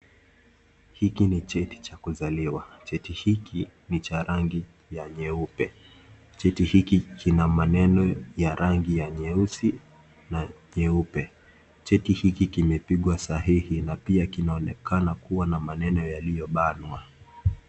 Hiki ni cheti cha kuzaliwa. Cheti hiki ni cha rangi ya nyeupe. Cheti hiki kina maneno ya rangi ya nyeusi na nyeupe. Cheti hiki kimepigwa sahihi na pia kinaonekana kuwa na maneno yaliyo banwa.